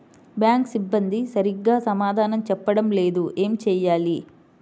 Bank సిబ్బంది సరిగ్గా సమాధానం చెప్పటం లేదు ఏం చెయ్యాలి?